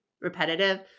repetitive